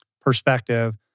perspective